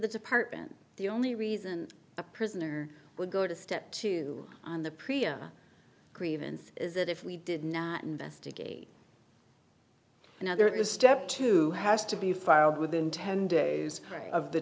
the department the only reason a prisoner would go to step two on the preah grievance is that if we did not investigate now there is a step to has to be filed within ten days of the